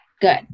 good